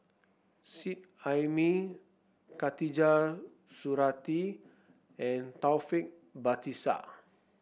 Seet Ai Mee Khatijah Surattee and Taufik Batisah